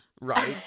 Right